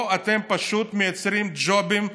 פה אתם פשוט מייצרים ג'ובים.